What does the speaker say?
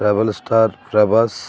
rebel star Prabhas